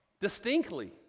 distinctly